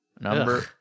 Number